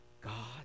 God